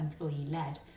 employee-led